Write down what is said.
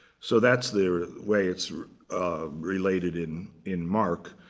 so that's the way it's related in in mark.